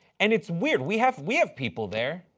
and it's weird, we have we have people there.